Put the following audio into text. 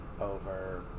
over